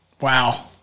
Wow